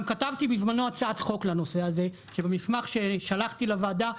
גם כתבתי בזמנו הצעת חוק לנושא הזה שנמצאת במסמך ששלחתי לוועדה.